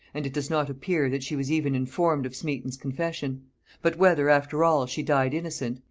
and it does not appear that she was even informed of smeton's confession but whether, after all, she died innocent,